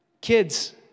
Kids